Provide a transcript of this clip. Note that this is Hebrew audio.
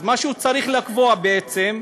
אז מה שהוא צריך לקבוע, בעצם,